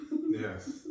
Yes